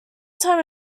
time